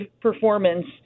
performance